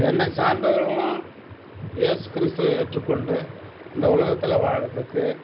என்னை சார்ந்தவர்களும் இயேசு கிறிஸ்துவை ஏற்றுக்கொண்டு இந்த உலகத்தில் வாழ்றதுக்கு